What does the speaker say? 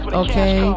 okay